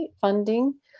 funding